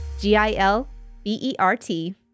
G-I-L-B-E-R-T